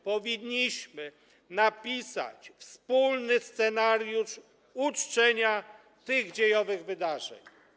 Powinniśmy napisać wspólny scenariusz uczczenia tych dziejowych wydarzeń.